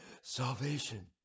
salvation